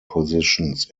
positions